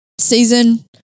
season